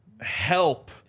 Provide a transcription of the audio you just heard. help